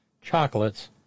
chocolates